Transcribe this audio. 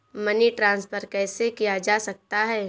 Money transfer कैसे किया जा सकता है?